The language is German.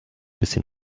bisschen